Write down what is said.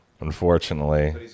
unfortunately